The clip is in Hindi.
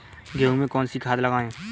गेहूँ में कौनसी खाद लगाएँ?